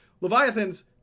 Leviathans